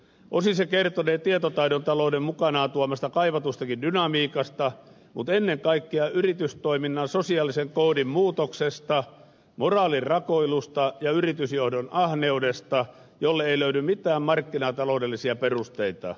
osin se kertonee tietotaidon talouden mukanaan tuomasta kaivatustakin dynamiikasta mutta ennen kaikkea yri tystoiminnan sosiaalisen koodin muutoksesta moraalin rakoilusta ja yritysjohdon ahneudesta jolle ei löydy mitään markkinataloudellisia perusteita